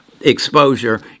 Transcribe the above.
exposure